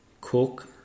Cook